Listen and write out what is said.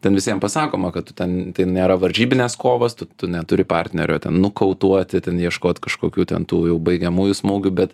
ten visiem pasakoma kad tu ten nėra varžybinės kovos tu tu neturi partnerio ten nukautų ten ieškot kažkokių ten tų jau baigiamųjų smūgių bet